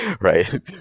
right